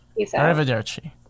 Arrivederci